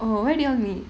oh where did you all meet